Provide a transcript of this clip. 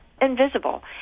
invisible